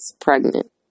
pregnant